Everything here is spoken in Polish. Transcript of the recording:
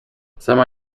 sama